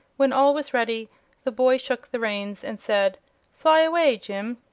when all was ready the boy shook the reins and said fly away, jim!